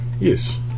Yes